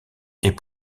est